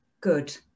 good